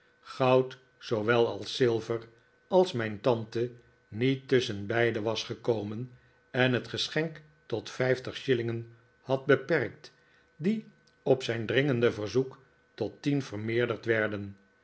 goud zoowel als zilver als mijn tante niet tusschenbeide was gekomen en het geschenk tot vijf shillingen had beperkt die op zijn dringende verzoek tot tien vermeerderd werden